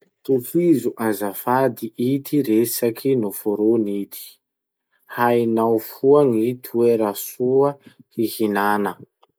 Tohizo azafady ity resaky noforony ity: Hainao foa gny toera soa hihinana.